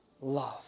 love